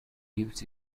gives